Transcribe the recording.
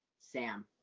Sam